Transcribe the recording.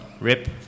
rip